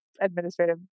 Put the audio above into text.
administrative